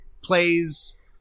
plays